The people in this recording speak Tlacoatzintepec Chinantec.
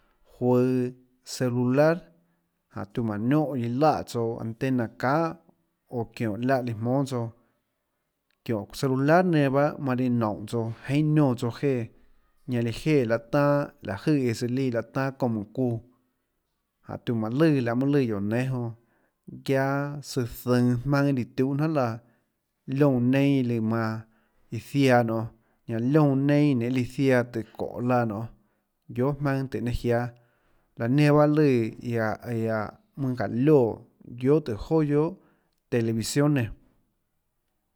Juøå celular jáhå tiuã manã niónhã iã láhã tsouã antena çahà oã çióhå liáhã líã jmónâ tsouã çióhå celular nenã pahâ manã líã noúnhå tsouã jeinhâ niónã tsouã jéã jñaã líã jéã laê tanâ laå jøè eã tsøã søã líã láå tanâ çounã mùnhå çuã jáhå tiuã manã lùã laê mønâ lùã guióå nénâ jonã guiaâ søã zønå jmaønâ lùã tiuhâ jnanhà laã liónã neinâ iã lùã manã iã ziaã nonê ñanã liónã neinâ iã nenhê líã ziaã tùhå çóhå laã nionê guiohà jmaønâ tùhå nenhê jiáâ laã nenã pahâ lùã iáhå iáhå mønâ çáhå lioè guiohà tùhå joà guiohà television nenã.